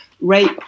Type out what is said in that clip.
rape